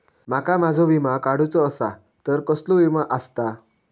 माका माझो विमा काडुचो असा तर कसलो विमा आस्ता?